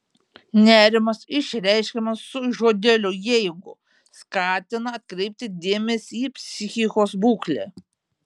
nerimas išreiškiamas su žodeliu jeigu skatina atkreipti dėmesį į psichikos būklę